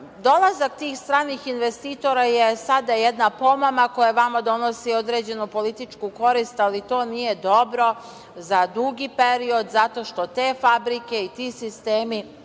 dolazak tih stranih investitora je sada jedna pomama koja vama donosi određenu političku korist, ali to nije dobro za dugi period, zato što te fabrike i ti sistemi